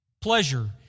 pleasure